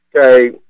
okay